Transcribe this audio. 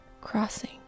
crossing